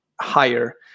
higher